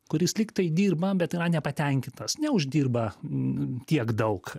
kuris lygtai dirba bet yra nepatenkintas neuždirba tiek daug